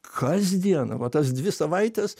kas dieną va tas dvi savaites